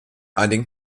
einigen